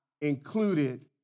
included